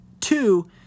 Two